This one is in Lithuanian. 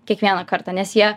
kiekvieną kartą nes jie